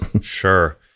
Sure